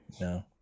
no